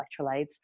electrolytes